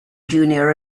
junior